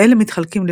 ואלה מתחלקים,